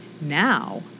now